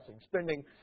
Spending